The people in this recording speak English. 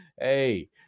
hey